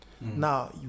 now